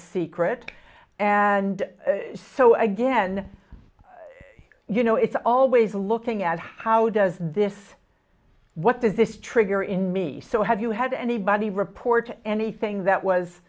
secret and so again you know it's always looking at how does this what does this trigger in me so have you had anybody report anything that was